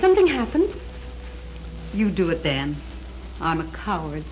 something happens if you do it then i'm a coward